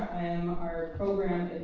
i am our program